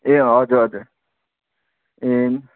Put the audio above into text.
ए हजुर हजुर ए